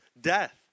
death